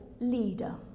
leader